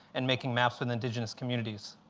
and making maps with indigenous communities.